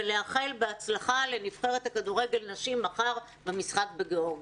ולאחל בהצלחה לנבחרת כדורגל הנשים מחר במשחק בגאורגיה.